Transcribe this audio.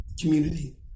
community